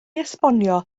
esbonio